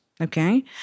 okay